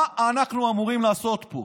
מה אנחנו אמורים לעשות פה?